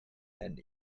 and